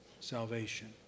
salvation